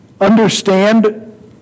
understand